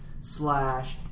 slash